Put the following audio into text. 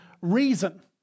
reason